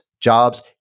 jobs